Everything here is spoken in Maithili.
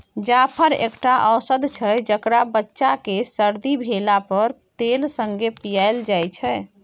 जाफर एकटा औषद छै जकरा बच्चा केँ सरदी भेला पर तेल संगे पियाएल जाइ छै